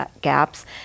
gaps